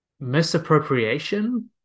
misappropriation